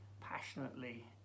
passionately